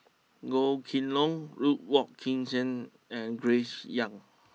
Goh Kheng long Ruth Wong Hie King and Grace young